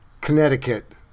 Connecticut